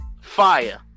fire